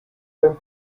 dein